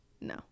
no